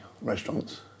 restaurants